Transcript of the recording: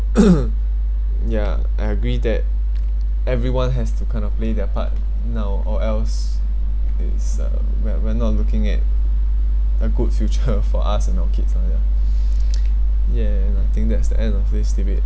ya I agree that everyone has to kind of play their part now or else is uh we are not looking at a good future for us and our kids and yeah I think that's the end of this debate